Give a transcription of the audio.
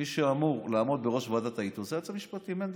מי שאמור לעמוד בראש ועדת האיתור זה היועץ המשפטי מנדלבליט.